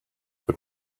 but